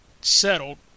settled